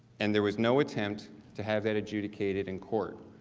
and there was no attempt to have that adjudicated in court.